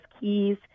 keys